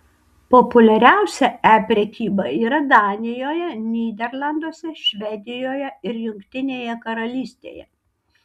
populiariausia e prekyba yra danijoje nyderlanduose švedijoje ir jungtinėje karalystėje